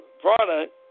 product